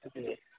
جی